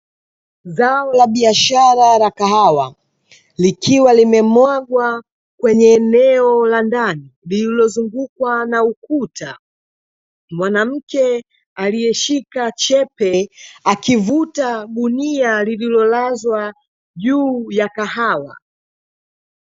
Zao la biashara la kahawa, likiwa limemwagwa kwenye eneo la ndani, lililozungukwa na ukuta. Mwanamke aliyeshika chepe akivuta gunia lililolazwa juu ya kahawa.